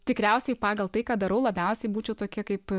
tikriausiai pagal tai ką darau labiausiai būčiau tokia kaip